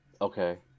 Okay